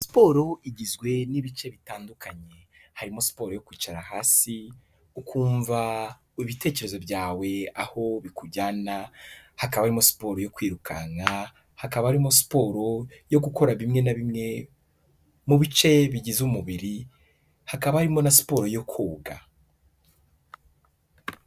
Siporo igizwe n'ibice bitandukanye, harimo siporo yo kwicara hasi ukumva ibitekerezo byawe aho bikujyana, hakaba harimo siporo yo kwirukanka, hakaba harimo siporo yo gukora bimwe na bimwe mu bice bigize umubiri, hakaba harimo na siporo yo koga.